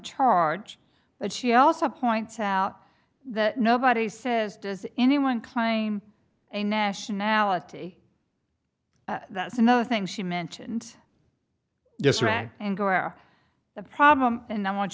charge but she also points out that nobody says does anyone claim a nationality that's another thing she mentioned dishrag and where the problem and i want